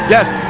Yes